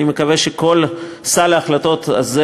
אני מקווה שכל סל ההחלטות הזה,